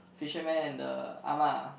fisherman and the Ah Ma